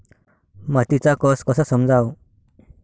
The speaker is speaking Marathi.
मातीचा कस कसा समजाव?